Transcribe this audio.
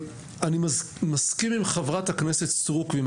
אני מסכים עם חברת הכנסת סטרוק ועם